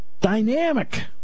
Dynamic